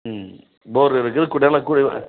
ம் போர் இருக்குது